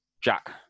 jack